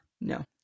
No